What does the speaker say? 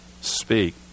speak